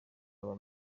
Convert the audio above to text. aba